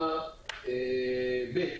הראשונה ב'.